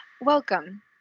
Welcome